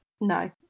No